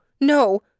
no